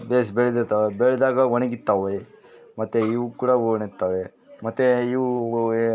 ಭೇಷ್ ಬೆಳ್ದಿತಾವೆ ಬೆಳ್ದಾಗೆ ಒಣಗಿತವೇ ಮತ್ತು ಇವು ಕೂಡ ಒಣಗ್ತಾವೆ ಮತ್ತು ಇವುಯೇ